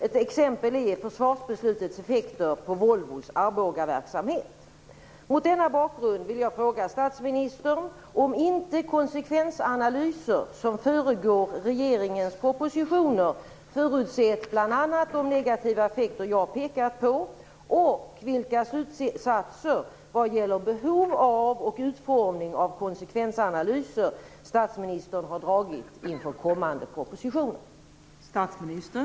Ett exempel är försvarsbeslutets effekter på Volvos Mot denna bakgrund vill jag fråga statsministern om man inte i de konsekvensanalyser som föregått regeringens propositioner förutsett bl.a. de negativa konsekvenser jag har pekat på och vilka slutsatser vad gäller behov och utformning av konsekvensanalyser som statsministern har dragit inför kommande propositioner.